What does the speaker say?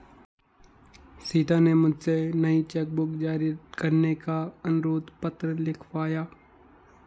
सीता ने मुझसे नई चेक बुक जारी करने का अनुरोध पत्र लिखवाया